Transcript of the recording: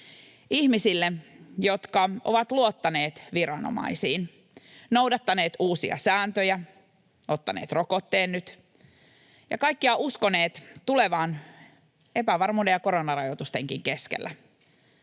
ihmisille, jotka ovat luottaneet viranomaisiin, noudattaneet uusia sääntöjä, ottaneet rokotteen nyt ja kaikkiaan uskoneet tulevaan epävarmuuden ja koronarajoitustenkin keskellä.